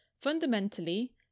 Fundamentally